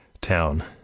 town